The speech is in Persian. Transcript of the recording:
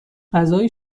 غذایی